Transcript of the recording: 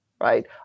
right